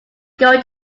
going